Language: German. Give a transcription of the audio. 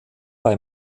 bei